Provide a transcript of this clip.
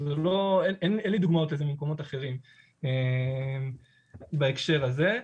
אין לי דוגמאות לזה ממקומות אחרים בהקשר הזה.